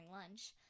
lunch